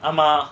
ஆமா:aama